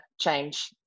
change